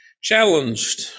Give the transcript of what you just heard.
challenged